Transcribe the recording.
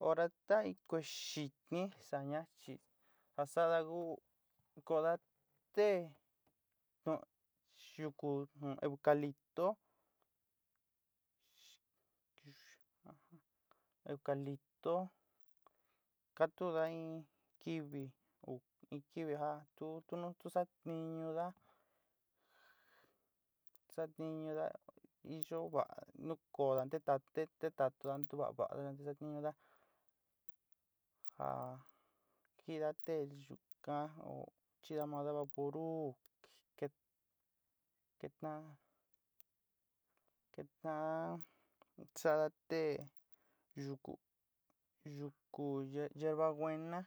Hora taí kué xitni saña chi ja sa'ada ku ko'oda té yuku eucaliptó eucaliptó kátudá in kiví o in kivi ja tu tu nu satiñudá satiñudá iyo vaá ntukoda ntetatú ntetatudá ntuva'a vaá vaá te saátiñudá ja ji'ida té yuka ó chi'ida maadá vaporú tet teta'an teta'an sa'adá té yuku yuku yerbabuena